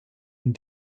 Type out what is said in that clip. and